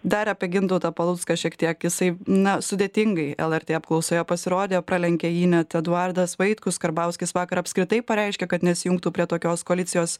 dar apie gintautą palucką šiek tiek jisai na sudėtingai lrt apklausoje pasirodė pralenkė jį net eduardas vaitkus karbauskis vakar apskritai pareiškė kad nesijungtų prie tokios koalicijos